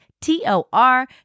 T-O-R